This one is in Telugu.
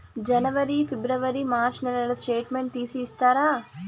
జనవరి, ఫిబ్రవరి, మార్చ్ నెలల స్టేట్మెంట్ తీసి ఇస్తారా?